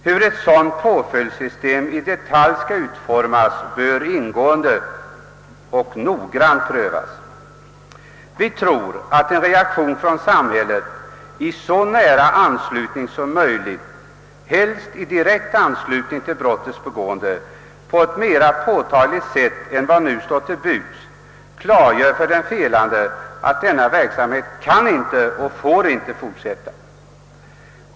Hur ett sådant i detalj skall utformas bör ingående och noggrant prövas. Vi tror att en reaktion från samhället i så nära anslutning som möjligt till brottet helst direkt efter dess begående — på ett mera påtagligt sätt än vad som nu står till buds klargör för den felånde att denna hans verksamhet inte kan och inte får fortsätta.